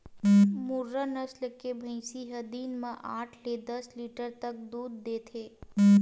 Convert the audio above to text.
मुर्रा नसल के भइसी ह दिन म आठ ले दस लीटर तक दूद देथे